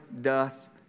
doth